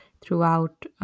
throughout